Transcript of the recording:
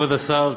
כבוד השר,